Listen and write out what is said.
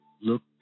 Look